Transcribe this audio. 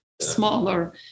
smaller